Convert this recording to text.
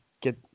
get